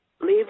leave